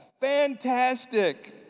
fantastic